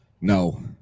No